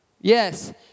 Yes